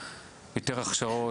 יותר הכשרות,